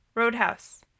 roadhouse